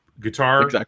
guitar